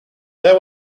there